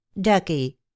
Ducky